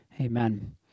Amen